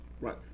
right